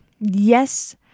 Yes